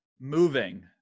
moving